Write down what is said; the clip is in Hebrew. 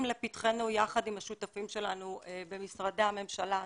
לפתחנו יחד עם השותפים שלנו במשרדי הממשלה השונים.